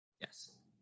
yes